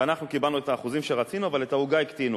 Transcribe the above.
ואנחנו קיבלנו את האחוזים שרצינו אבל את העוגה הקטינו.